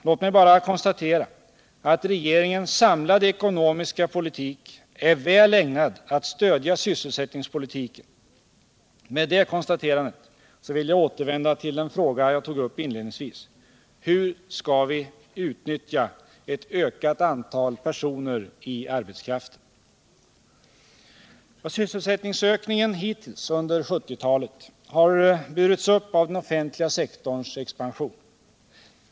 Låt mig bara konstatera att regeringens samlade ekonomiska politik är väl ägnad att stödja sysselsättningspolitiken. Med det konstaterandet vill jag återvända till den fråga jag inledningsvis tog upp: Hur skall vi utnyttja ett ökat antal personer i arbetskraften? Sysselsättningsökningen hittills under 1970-talet har burits upp av den offentliga sektorns expansion.